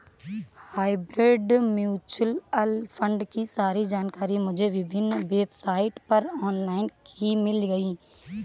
hybrid mutual fund की सारी जानकारी मुझे विभिन्न वेबसाइट पर ऑनलाइन ही मिल गयी